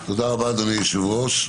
תודה רבה אדוני היושב ראש.